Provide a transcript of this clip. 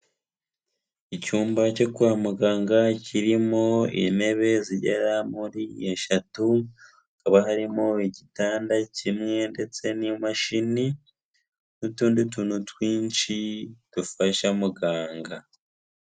Icyumba cyo kwa muganga kirimo intebe zigera muri eshatu hakaba harimo igitanda kimwe ndetse n'imashini n'utundi tuntu twinshi dufasha muganga.